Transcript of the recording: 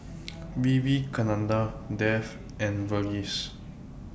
Vivekananda Dev and Verghese